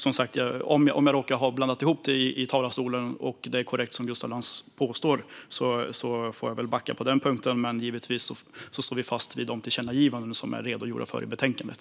Om jag har råkat blanda ihop det i talarstolen och det är korrekt som Gustaf Lantz påstår får jag backa på den punkten, men vi står givetvis fast vid de tillkännagivanden som det redogörs för i betänkandet.